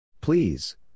Please